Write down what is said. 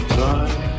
time